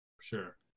Sure